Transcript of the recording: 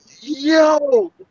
yo